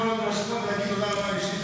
להגיד תודה רבה אישית,